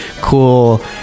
Cool